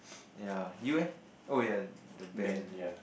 ya you eh oh ya the band